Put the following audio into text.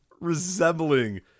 resembling